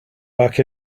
back